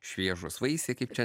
šviežūs vaisiai kaip čia